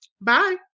Bye